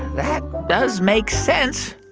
that does make sense